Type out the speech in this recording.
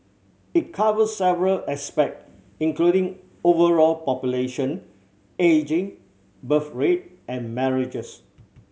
it covers several aspect including overall population ageing birth rate and marriages